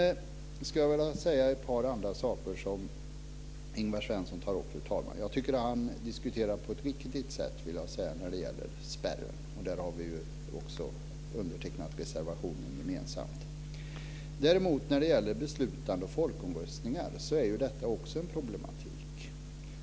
Fru talman! Sedan vill jag kommentera ett par andra saker som Ingvar Svensson tar upp. Jag tycker att han diskuterar på ett riktigt sätt när det gäller spärren. Där har vi ju också undertecknat reservationen gemensamt. Men beslutande folkomröstningar är ju också ett problem.